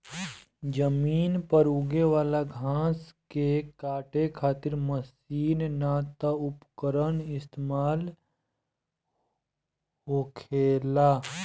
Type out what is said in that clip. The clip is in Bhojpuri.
जमीन पर यूगे वाला घास के काटे खातिर मशीन ना त उपकरण इस्तेमाल होखेला